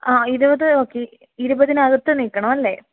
ആ ഇരുപത് ഓക്കെ ഇരുപതിനകത്ത് നിൽക്കണം അല്ലേ